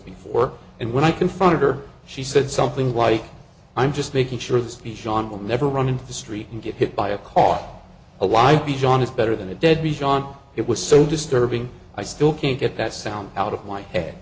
before and when i confronted her she said something like i'm just making sure that the sean will never run into the street and get hit by a caught a live b john is better than a dead beat on it was so disturbing i still can't get that sound out of my head